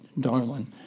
darling